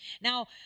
Now